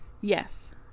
yes